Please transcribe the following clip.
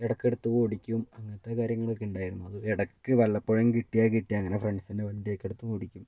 എടക്കെട്ത്ത് ഓടിക്കും അങ്ങൻത്തെ കാര്യങ്ങളൊക്ക്ണ്ടാര്ന്നു അത് എടക്ക് വല്ലപ്പോഴും കിട്ടിയാ കിട്ടി അങ്ങന ഫ്രണ്ട്സിൻ്റെ വണ്ടിയെക്കെട്ത്ത് ഓടിക്കും